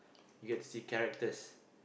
you get to see characters